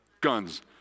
Guns